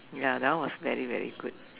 ya that one was very very good